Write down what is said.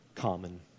Common